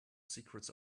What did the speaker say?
secrets